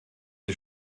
die